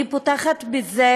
אני פותחת בזה